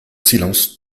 silence